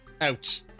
out